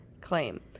claim